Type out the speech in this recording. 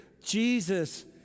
Jesus